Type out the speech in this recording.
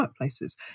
workplaces